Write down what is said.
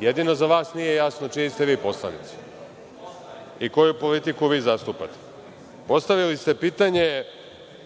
jedino za vas nije jasno čiji ste vi poslanik i koju politiku vi zastupate. Postavili ste pitanje